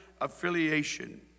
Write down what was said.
affiliation